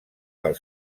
del